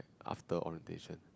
after orientation